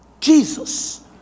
Jesus